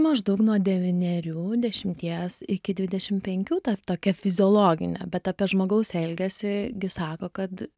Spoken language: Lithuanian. maždaug nuo devynerių dešimties iki dvidešimt penkių ta tokia fiziologinė bet apie žmogaus elgesį gi sako kad